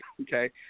okay